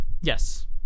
yes